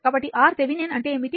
కాబట్టి RThevenin అంటే ఏమిటి